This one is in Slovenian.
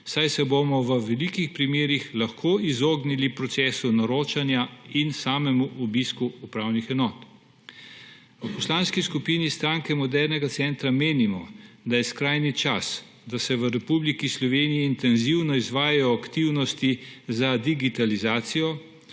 saj se bomo v veliko primerih lahko izognili procesu naročanja in samemu obisku upravnih enot. V Poslanski skupini Stranke modernega centra menimo, da je skrajni čas, da se v Republiki Sloveniji intenzivno izvajajo aktivnosti za digitalizacijo,